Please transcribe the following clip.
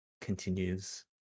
continues